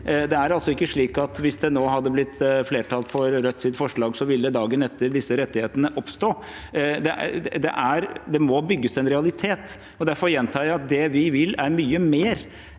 Det er altså ikke slik at hvis det nå hadde blitt flertall for Rødts forslag, ville disse rettighetene oppstå dagen etter. Det må bygges en realitet. Derfor gjentar jeg at det vi vil, er mye mer